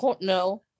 no